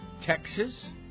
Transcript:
Texas